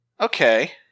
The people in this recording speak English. Okay